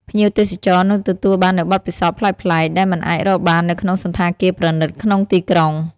ភ្ញៀវទេសចរនឹងទទួលបាននូវបទពិសោធន៍ប្លែកៗ ដែលមិនអាចរកបាននៅក្នុងសណ្ឋាគារប្រណីតក្នុងទីក្រុង។